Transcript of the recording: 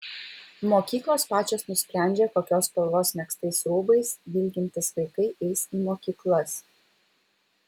mokyklos pačios nusprendžia kokios spalvos megztais rūbais vilkintys vaikai eis į mokyklas